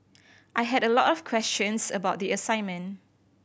I had a lot of questions about the assignment